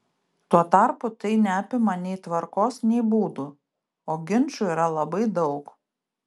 tuo tarpu tai neapima nei tvarkos nei būdų o ginčų yra labai daug